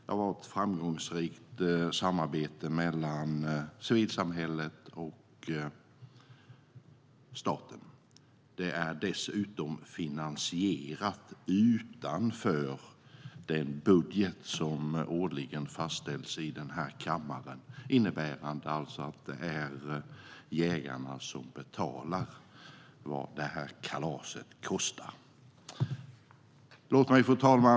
Det har varit ett framgångsrikt samarbete mellan civilsamhället och staten. Det är dessutom finansierat utanför den budget som årligen fastställs i denna kammare, vilket alltså innebär att det är jägarna som betalar vad kalaset kostar. Detta var det första. Fru talman!